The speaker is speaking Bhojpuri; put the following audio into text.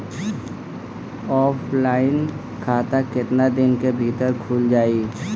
ऑफलाइन खाता केतना दिन के भीतर खुल जाई?